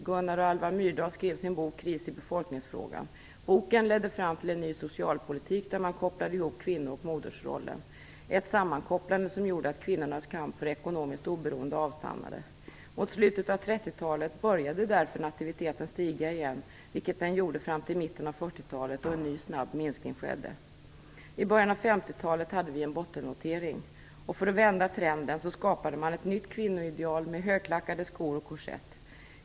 Gunnar och Alvar Myrdal skrev sin bok Kris i befolkningsfrågan. Boken ledde fram till en ny socialpolitik där man kopplade ihop kvinnooch modersrollen - ett sammankopplande som gjorde att kvinnornas kamp för ekonomiskt oberoende avstannade. Mot slutet av 30-talet började därför nativiteten att stiga igen, vilket den gjorde fram till mitten av 40-talet då en ny snabb minskning skedde. I början av 50-talet hade vi en bottennotering. För att vända trenden skapade man ett nytt kvinnoideal med högklackade skor och korsett.